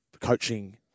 coaching